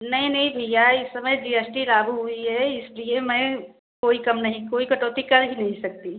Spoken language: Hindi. नहीं नहीं भैया इस समय जी एस टी लागू हुई है इसलिए मैं कोई कम नहीं कोई कटौती कर ही नहीं सकती